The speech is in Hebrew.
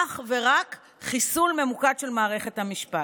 אך ורק חיסול ממוקד של מערכת המשפט.